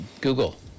Google